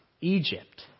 Egypt